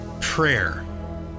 prayer